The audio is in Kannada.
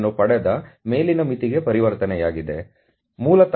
ಆದ್ದರಿಂದ ಮೂಲತಃ ಇದು 0